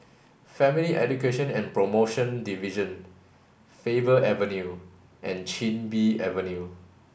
Family Education and Promotion Division Faber Avenue and Chin Bee Avenue